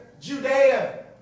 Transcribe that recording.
Judea